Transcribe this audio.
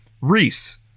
Reese